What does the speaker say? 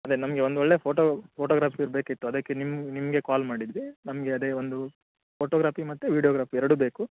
ಅದೇ ನಮಗೆ ಒಂದು ಒಳ್ಳೆಯ ಫೋಟೋ ಫೋಟೋಗ್ರಾಫಿ ಬೇಕಿತ್ತು ಅದಕ್ಕೆ ನಿಮಗೆ ಕಾಲ್ ಮಾಡಿದ್ದು ನಮಗೆ ಅದೇ ಒಂದು ಫೋಟೋಗ್ರಾಫಿ ಮತ್ತು ವಿಡಿಯೋಗ್ರಾಫಿ ಎರಡೂ ಬೇಕು